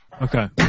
Okay